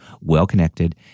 well-connected